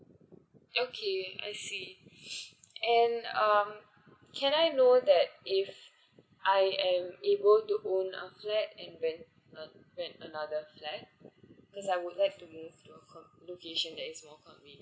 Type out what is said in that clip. okay I see and um can I know that if I am able to own a flat and rent another flat course I would like to move to a location that is more convenient